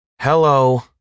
Hello